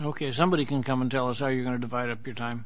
ok somebody can come and tell us how you're going to divide up your time